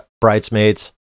*Bridesmaids*